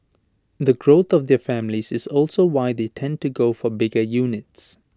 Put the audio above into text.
the growth of their families is also why they tend to go for bigger units